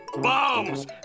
bombs